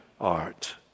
art